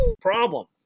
problem